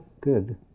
Good